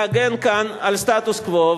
להגן כאן על סטטוס-קוו,